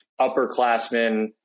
upperclassmen